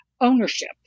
ownership